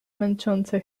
męczące